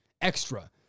extra